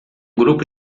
grupo